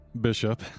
Bishop